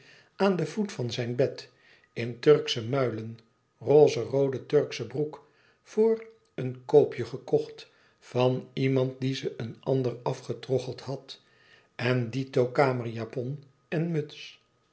aan den voet van zijn bed in turksche muilen rozeroode turksche broek voor een koopje gekocht van iemand die ze een ander afgetroggeld had en dito kamerjapon en muts